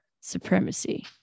supremacy